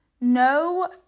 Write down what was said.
no